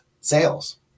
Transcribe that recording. sales